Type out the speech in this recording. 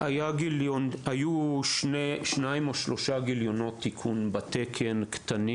היו בתקן שניים או שלושה גיליונות תיקון קטנים,